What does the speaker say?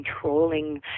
controlling